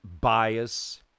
bias